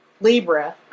Libra